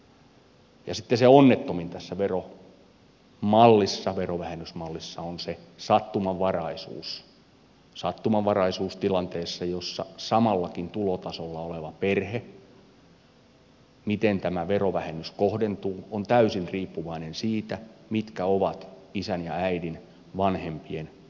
ja sitten se onnettomin tässä verovähennysmallissa on se sattumanvaraisuus tilanteessa jossa samallakin tulotasolla olevalla perheellä se miten tämä verovähennys kohdentuu on täysin riippuvainen siitä mitkä ovat isän ja äidin vanhempien tulot